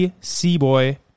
C-boy